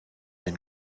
been